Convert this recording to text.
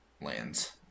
Lands